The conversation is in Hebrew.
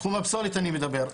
בתחום הפסולת אני מדבר,